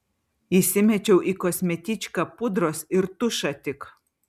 įsimečiau į kosmetičką pudros ir tušą tik